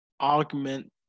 augment